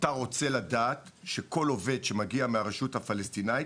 אתה רוצה לדעת שכל עובד שמגיע מהרשות הפלסטינית,